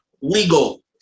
legal